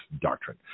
doctrine